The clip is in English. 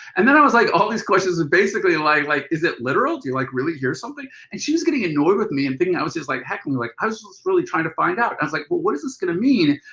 and then i was like all these questions and basically, like like is it literal? do you like really hear something? and she was getting annoyed with me and thinking i was just like heckling her. i so was really trying to find out. i was like well what is this going to mean?